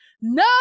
no